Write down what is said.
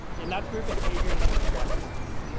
and that's where behavior and psychographics come in.